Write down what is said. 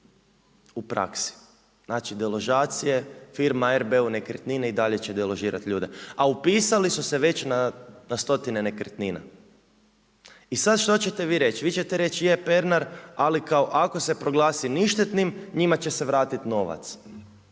u praksi, znači deložacije firma R.B.U. Nekretnine i dalje će deložirati ljude, a upisali su se već na stotine nekretnina. I sada što ćete vi reći? Vi ćete rekli je Pernar ako kao ako se proglasi ništetnim njima će se vratiti novac.